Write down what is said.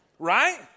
right